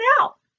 out